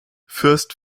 fürst